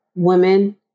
women